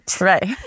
Right